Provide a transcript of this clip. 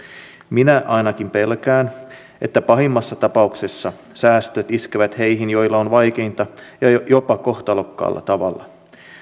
minä ainakin pelkään että pahimmassa tapauksessa säästöt iskevät heihin joilla on vaikeinta ja jopa kohtalokkaalla tavalla